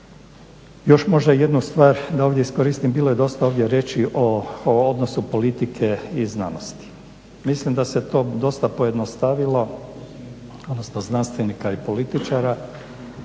Još možda jednu stvar, da ovdje iskoristim, bilo je dosta ovdje riječi o odnosu politike i znanosti. Mislim da se to dosta pojednostavilo, odnosno znanstvenika i političara